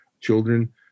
children